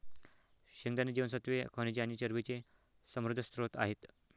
शेंगदाणे जीवनसत्त्वे, खनिजे आणि चरबीचे समृद्ध स्त्रोत आहेत